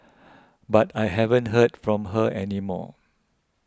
but I haven't heard from her any more